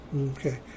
Okay